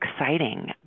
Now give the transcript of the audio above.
exciting